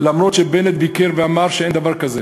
למרות שבנט ביקר ואמר שאין דבר כזה,